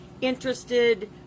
interested